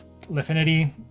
Lifinity